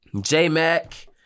J-Mac